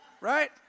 Right